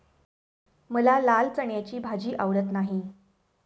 मला लाल चण्याची भाजी आवडत नाही